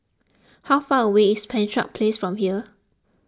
how far away is Penshurst Place from here